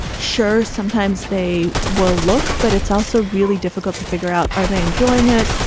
sure, sometimes they will look. but it's also really difficult to figure out. are they enjoying it?